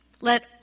let